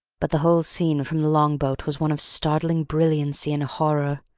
but the whole scene from the long-boat was one of startling brilliancy and horror.